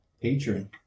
patron